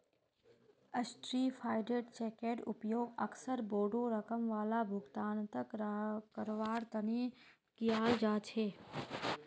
certified चेकेर उपयोग अक्सर बोडो रकम वाला भुगतानक करवार तने कियाल जा छे